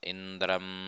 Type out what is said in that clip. Indram